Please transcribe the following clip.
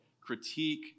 critique